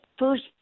First